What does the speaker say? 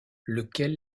lequel